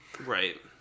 Right